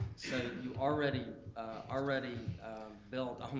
so you already already built, um